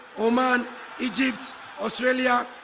oman egypt australia,